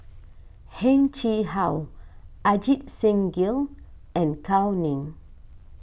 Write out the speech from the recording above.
Heng Chee How Ajit Singh Gill and Gao Ning